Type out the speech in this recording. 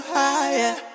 higher